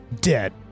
dead